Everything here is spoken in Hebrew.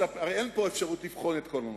הרי אין פה אפשרות לבחון את כל הנושאים.